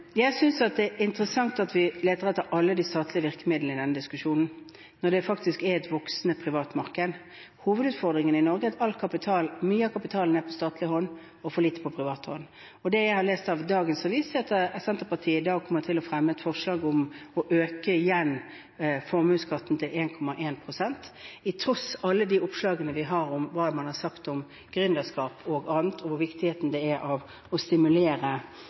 Jeg synes det er interessant at vi leter etter alle de statlige virkemidlene i denne diskusjonen når det er et voksende privat marked. Hovedutfordringen i Norge er at mye av kapitalen er på statlig hånd, og at for lite er på privat hånd. Det jeg har lest i dagens avis, er at Senterpartiet i dag kommer til å fremme et forslag om igjen å øke formuesskatten til 1,1 pst., til tross for alle de oppslagene vi har om hva man har sagt om gründerskap og annet, og hvor viktig det er å stimulere